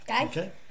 Okay